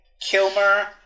Kilmer